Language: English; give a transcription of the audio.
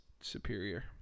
superior